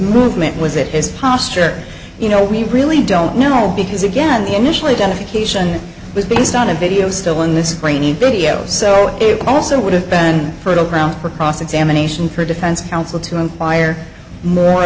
movement was it is posture you know we really don't know because again the initially dedication was based on a video still in this grainy video so it also would have been for the around the cross examination for defense counsel to inquire more